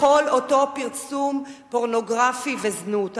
לכל אותו פרסום פורנוגרפי וזנות.